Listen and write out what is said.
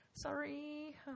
sorry